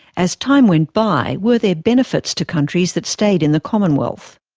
as time went by, were there benefits to countries that stayed in the commonwealth?